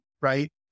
right